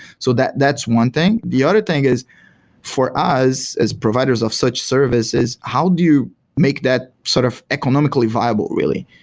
so that's one thing. the other thing is for us as providers of such services, how do you make that sort of economically viable really?